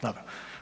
Dobro.